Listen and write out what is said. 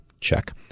check